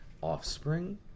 offspring